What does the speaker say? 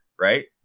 right